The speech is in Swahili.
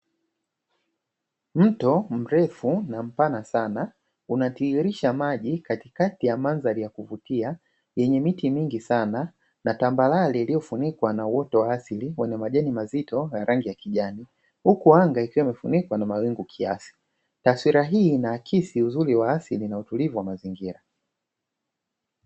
Mto mrefu nampana sana unatiirisha maji katikati ya mandhari ya kuvutia yenye miti mingi sana na tambarare iliyofunikwa na uoto wa asili kwenye majani mazito na rangi ya kijani, huku anga ikiwa imefunikwa na malengo kiasi taswira hii inaakisi uzuri wa asili na utulivu wa mazingira.